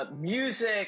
music